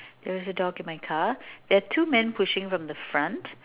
there is a dog in my car there are two men pushing from the front